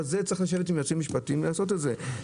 אבל זה צריך לשבת עם יועצים משפטיים ולעשות את זה.